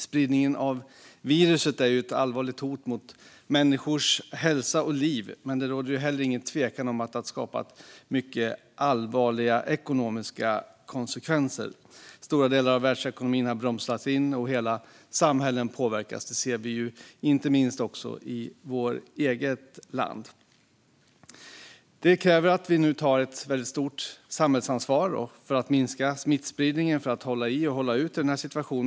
Spridningen av viruset är ett allvarligt hot mot människors hälsa och liv, men det råder heller ingen tvekan om att detta har fått mycket allvarliga ekonomiska konsekvenser. Stora delar av världsekonomin har bromsats in, och hela samhällen påverkas. Det ser vi inte minst i vårt eget land. Det krävs att vi nu tar ett väldigt stort samhällsansvar för att minska smittspridningen och för att hålla i och hålla ut i denna situation.